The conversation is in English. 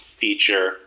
feature